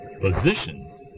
Positions